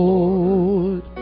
Lord